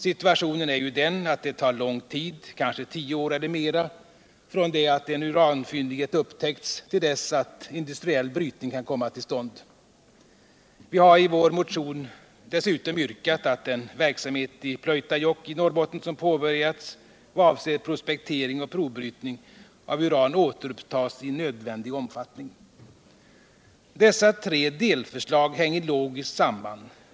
Situationen är ju den, att det tar lång tid — kanske tio år eller mera — från det att en uranfyndighet upptäckts till dess att industriell brytning kan komma till stånd. Vi har i vår motion dessutom yrkat, att den verksamhet i Pleutajokk i Norrbotten som påbörjats vad avser prospektering och provbrytning av uran återupptas I nödvändig omfattning. Dessa tre delförslag hänger logiskt samman.